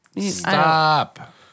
Stop